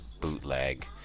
bootleg